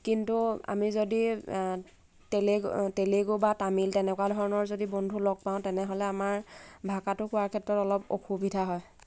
কিন্তু আমি যদি আ তেলে তেলেগু বা তামিল তেনেকুৱা ধৰণৰ যদি বন্ধু লগ পাওঁ তেনেহ'লে আমাৰ ভাষাটো কোৱাৰ ক্ষেত্ৰত অলপ অসুবিধা হয়